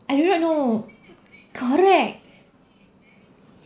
I do not know correct